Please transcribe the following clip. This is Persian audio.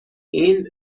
این